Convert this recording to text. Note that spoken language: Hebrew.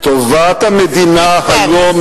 להחליף את ראש הממשלה.